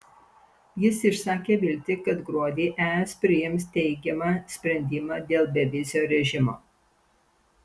jis išsakė viltį kad gruodį es priims teigiamą sprendimą dėl bevizio režimo